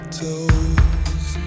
toes